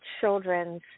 Children's